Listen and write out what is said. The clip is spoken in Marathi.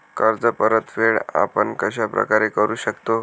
कर्ज परतफेड आपण कश्या प्रकारे करु शकतो?